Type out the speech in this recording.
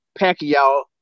Pacquiao